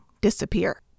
disappear